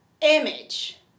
image